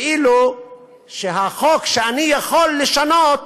כאילו שהחוק שאני יכול לשנות,